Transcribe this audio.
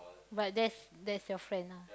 but that's that's your friend ah